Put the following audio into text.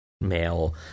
male